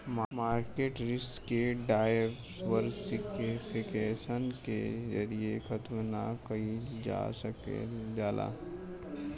market risk के diversification के जरिये खत्म ना कइल जा सकल जाला